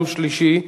יום שלישי,